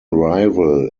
rival